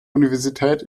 universität